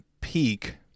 peak